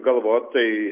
galvot tai